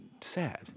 Sad